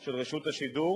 של רשות השידור